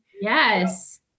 Yes